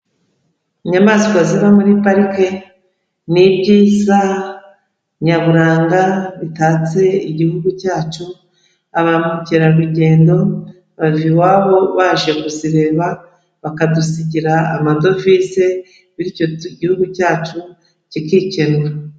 Inyamaswa ziba muri parike ni ibyiza nyaburanga bitatse igihugu cyacu, ba mukerarugendo bava iwabo baje kuzireba bakadusigira amadovize bityo igihugu cyacu kikikenura.